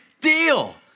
deal